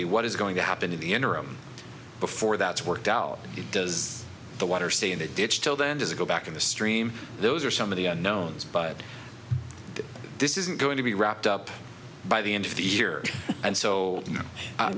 be what is going to happen in the interim before that's worked out it does the water stay in the ditch till then does it go back in the stream those are some of the unknowns but this isn't going to be wrapped up by the end of the year and so